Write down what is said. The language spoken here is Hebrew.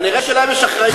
כנראה להם יש אחריות,